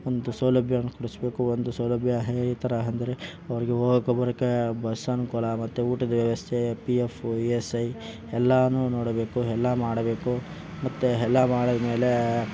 ಒಂದು ಸೌಲಭ್ಯವನ್ನು ಕೊಡಿಸ್ಬೇಕು ಒಂದು ಸೌಲಭ್ಯ ಈ ಥರ ಅಂದ್ರೆ ಅವರಿಗೆ ಹೋಗೋಕ್ಕೂ ಬರೋಕ್ಕೆ ಬಸ್ ಅನುಕೂಲ ಮತ್ತೆ ಊಟದ ವ್ಯವಸ್ಥೆ ಮತ್ತು P F E S I ಎಲ್ಲವೂ ನೋಡಬೇಕು ಎಲ್ಲ ಮಾಡಬೇಕು ಮತ್ತೆ ಎಲ್ಲ ಮಾಡಿದ್ಮೇಲೆ